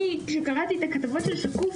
כשקראתי את הכתבות של "שקוף",